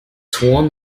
sworn